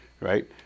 right